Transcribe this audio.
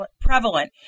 prevalent